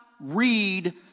read